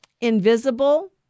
invisible